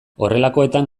horrelakoetan